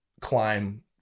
climb